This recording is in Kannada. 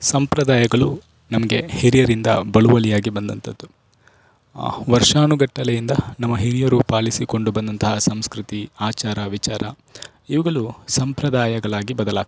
ಸಂಪ್ರದಾಯಗಳು ನಮಗೆ ಹಿರಿಯರಿಂದ ಬಳುವಳಿಯಾಗಿ ಬಂದಂತದ್ದು ವರ್ಷಾನುಗಟ್ಟಲೆಯಿಂದ ನಮ್ಮ ಹಿರಿಯರು ಪಾಲಿಸಿಕೊಂಡು ಬಂದಂತಹ ಸಂಸ್ಕೃತಿ ಆಚಾರ ವಿಚಾರ ಇವುಗಳು ಸಂಪ್ರದಾಯಗಳಾಗಿ ಬದಲಾಗ್ತವೆ